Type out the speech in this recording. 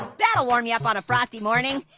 that'll warm you up on a frosty morning.